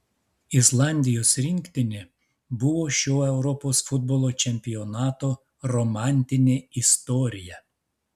islandijos rinktinė buvo šio europos futbolo čempionato romantinė istorija